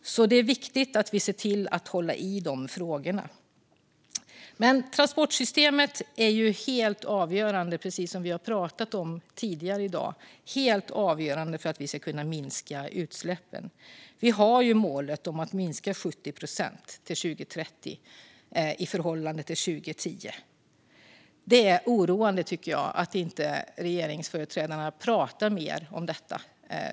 Det är viktigt att vi ser till att hålla i de frågorna. Transportsystemet är, precis som vi har pratat om tidigare i dag, helt avgörande för att vi ska kunna minska utsläppen. Vi har målet att minska med 70 procent till 2030 i förhållande till 2010. Det är oroande, tycker jag, att inte regeringsföreträdarna pratar mer om detta.